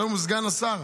שהוא היום סגן השר.